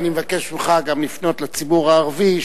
ואני מבקש ממך גם לפנות לציבור הערבי,